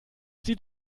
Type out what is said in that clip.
sieht